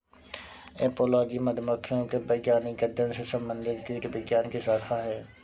apiology मधुमक्खियों के वैज्ञानिक अध्ययन से संबंधित कीटविज्ञान की शाखा है